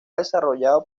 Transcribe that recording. desarrollado